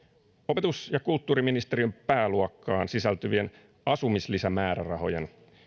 opetus ja kulttuuriministeriön pääluokkaan sisältyvien asumislisämäärärahojen